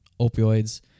opioids